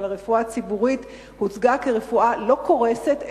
אבל הרפואה הציבורית הוצגה כרפואה לא קורסת,